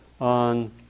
on